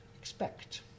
expect